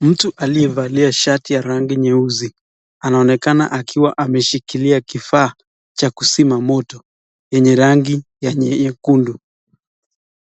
Mtu aliyevalia shati ya rangi nyeusi anaonekana ameshikilia kifaa cha kuzima moto, yenye rangi nyekundu.